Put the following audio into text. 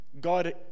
God